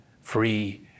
free